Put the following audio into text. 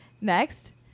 Next